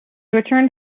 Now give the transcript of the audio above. returned